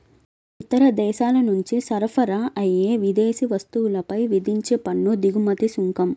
ఇతర దేశాల నుంచి సరఫరా అయ్యే విదేశీ వస్తువులపై విధించే పన్ను దిగుమతి సుంకం